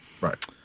Right